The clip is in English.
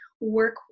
work